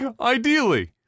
ideally